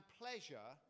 pleasure